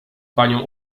panią